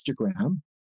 Instagram